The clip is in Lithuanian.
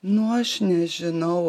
nu aš nežinau